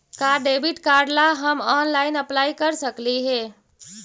का debit card ला हम ऑनलाइन अप्लाई कर सकली हे?